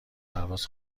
پرواز